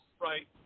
Right